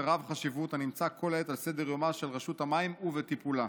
רב-חשיבות הנמצא כל העת על סדר-יומה של רשות המים ובטיפולה.